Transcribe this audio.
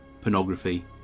pornography